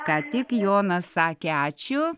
ką tik jonas sakė ačiū